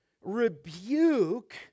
rebuke